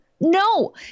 no